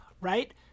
right